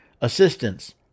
assistance